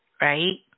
right